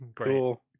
Cool